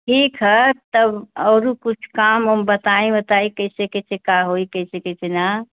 ठीक है तब औरो कुछ काम वाम बताईं वताई कैसे कैसे का होई कैसे कैसे ना